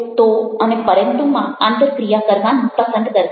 તો અને પરંતુ માં આંતરક્રિયા કરવાનું પસંદ કરતા નથી